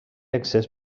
accés